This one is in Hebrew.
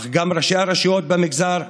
אך גם ראשי הרשויות במגזר,